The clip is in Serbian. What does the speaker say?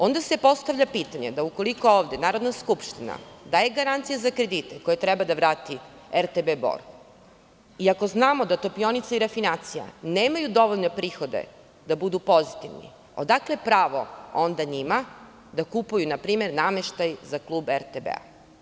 Onda se postavlja pitanje, da ukoliko ovde Narodna skupština daje garancije za kredite koje treba da vrati RTB Bor, iako znamo da Topionica i refinacija nemaju dovoljne prihode da budu pozitivni, odakle pravo onda njima da kupuju, npr. nameštaj za klub RTB?